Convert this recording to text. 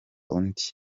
undi